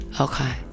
Okay